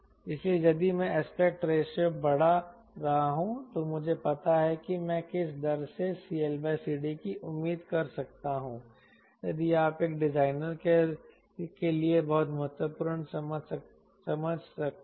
इसलिए यदि मैं एस्पेक्ट रेशियो बढ़ा रहा हूं तो मुझे पता है कि मैं किस दर से CLCD की उम्मीद कर सकता हूं यदि आप एक डिजाइनर के लिए बहुत महत्वपूर्ण समझ रखते हैं